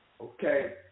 Okay